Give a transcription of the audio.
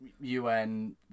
UN